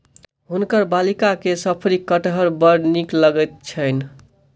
हुनकर बालिका के शफरी कटहर बड़ नीक लगैत छैन